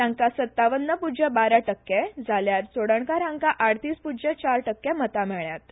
तांका सत्तावन्न प्रज्य बारा टक्के जाल्यार चोडणकर हांका आडतीस प्रज्य चार टक्के मतां मेळ्ळ्यात